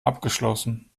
abgeschlossen